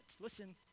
listen